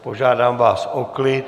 Požádám vás o klid.